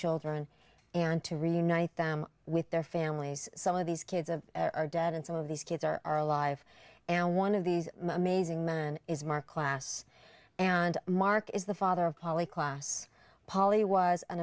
children and to reunite them with their families some of these kids of are dead and some of these kids are are alive and one of these amazing then is marc klass and marc is the father of polly klaas polly was an